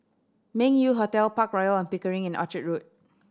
Meng Yew Hotel Park Royal On Pickering and Orchard Road